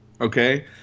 Okay